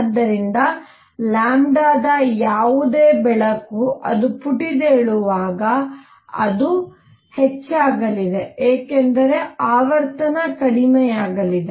ಆದ್ದರಿಂದ ಲ್ಯಾಂಬ್ಡಾದ ಯಾವುದೇ ಬೆಳಕು ಅದು ಪುಟಿದೇಳುವಾಗ ಅದು ಹೆಚ್ಚಾಗಲಿದೆ ಏಕೆಂದರೆ ಆವರ್ತನ ಕಡಿಮೆಯಾಗಲಿದೆ